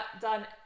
done